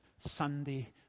Sunday